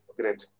great